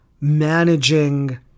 managing